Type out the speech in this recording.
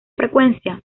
frecuencia